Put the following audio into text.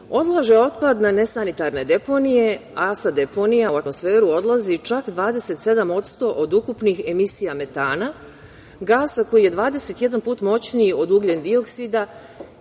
odlažu otpad na nesanitarne deponije, a sa deponija u atmosferu odlazi čak 27% od ukupnih emisija metana, gasa koji je 21 put moćniji od ugljen-dioksida